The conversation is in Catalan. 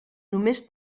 només